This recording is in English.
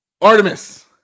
Artemis